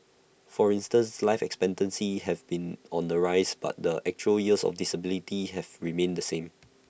for instance life expectancy have been on the rise but the actual years of disability have remained the same